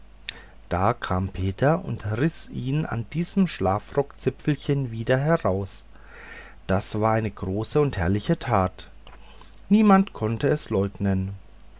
da kam peter und riß ihn an diesem schlafrockzipfelchen wieder heraus das war eine große und herrliche tat niemand konnte das leugnen